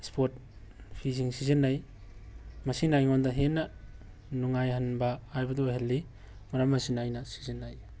ꯏꯁꯄꯣꯠ ꯐꯤꯁꯤꯡ ꯁꯤꯖꯤꯟꯅꯩ ꯃꯁꯤꯅ ꯑꯩꯉꯣꯟꯗ ꯍꯦꯟꯅ ꯅꯨꯡꯉꯥꯏꯍꯟꯕ ꯍꯥꯏꯕꯗꯨ ꯑꯣꯏꯍꯜꯂꯤ ꯃꯔꯝ ꯑꯁꯤꯅ ꯑꯩꯅ ꯁꯤꯖꯤꯟꯅꯩ